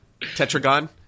Tetragon